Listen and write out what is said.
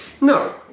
No